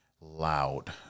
loud